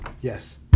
Yes